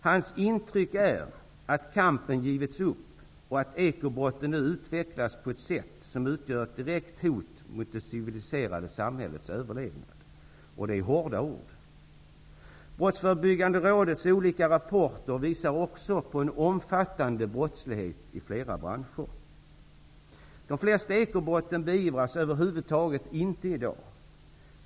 Hans intryck är att kampen givits upp och att ekobrotten nu utvecklats på ett sätt som utgör ett direkt hot mot det civiliserade samhällets överlevnad. Det är hårda ord. Brottsförebyggande rådets rapporter visar på en omfattande brottslighet i flera branscher. De flesta ekobrotten beivras över huvud taget inte i dag.